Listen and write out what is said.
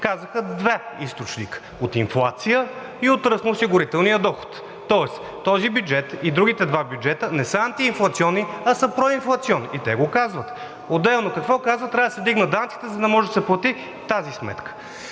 Казаха два източника – от инфлация и от ръст на осигурителния доход. Тоест този бюджет и другите два бюджета не са антиинфлационни, а са проинфлационни и те го казват. Отделно какво казват? Трябва да се вдигнат данъците, за да може да се плати тази сметка.